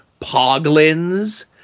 Poglins